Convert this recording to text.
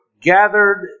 Gathered